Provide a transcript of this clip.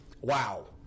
wow